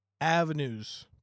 avenues